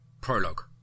Prologue